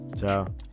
Ciao